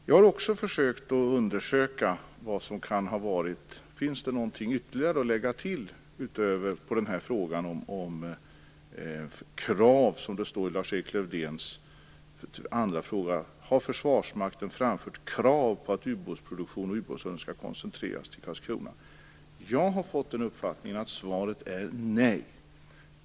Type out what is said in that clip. Jag har också försökt undersöka om det finns något ytterligare att lägga till vad gäller om, som Lars-Erik Lövdén uttrycker det, Försvarsmakten har framfört krav på att ubåtsproduktionen skall koncentreras till Karlskrona. Jag har fått uppfattningen att svaret är nej.